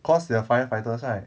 cause they are firefighters right